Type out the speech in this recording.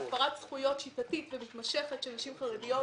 על הפרת זכויות שיטתית ומתמשכת של נשים חרדיות,